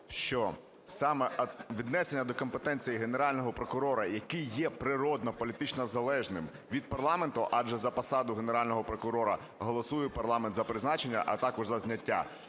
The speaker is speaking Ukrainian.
що саме віднесення до компетенції Генерального прокурора, який є природно політично залежним від парламенту, адже за посаду Генерального прокурора голосує парламент за призначення, а також за зняття,